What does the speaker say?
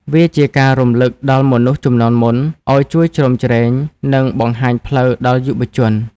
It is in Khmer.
វាជាការរំលឹកដល់មនុស្សជំនាន់មុន ឱ្យជួយជ្រោមជ្រែង និងបង្ហាញផ្លូវដល់យុវជន។